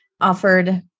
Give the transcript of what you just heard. offered